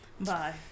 bye